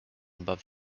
above